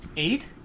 Eight